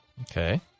Okay